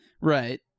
Right